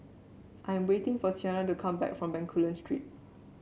I'm waiting for Siena to come back from Bencoolen Street